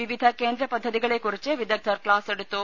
വിവിധ കേന്ദ്രപദ്ധതികളെ കുറിച്ച് വിദഗ്ധർ ക്ലാസെടുത്തു